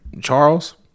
Charles